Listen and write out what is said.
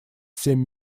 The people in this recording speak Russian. семь